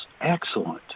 excellent